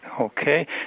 Okay